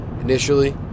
initially